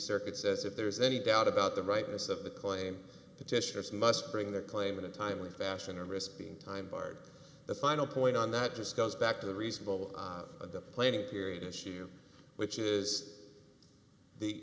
circuit says if there is any doubt about the rightness of the claim petitioners must bring the claim in a timely fashion or risk being time barred the final point on that just goes back to the reasonable of the planning period issue which is the